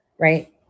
right